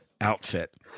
outfit